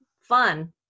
fun